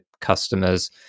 customers